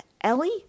Ellie